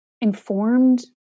informed